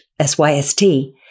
SYST